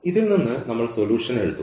ഇതിൽ നിന്ന് സൊലൂഷൻ എഴുതുന്നു